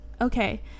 Okay